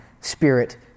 spirit